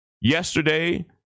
Yesterday